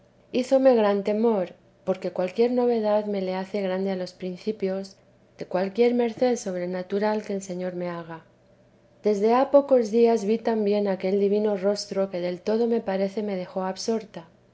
hízome gran temor porque cualquier novedad me le hace grande a los principios de cualquier merced sobrenatural que el señor me haga desde ha pocos días vi también aquel divino rostro que del todo me parece me dejó absorta